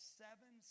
seven